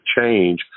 change